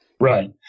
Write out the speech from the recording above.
Right